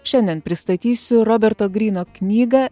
šiandien pristatysiu roberto gryno knygą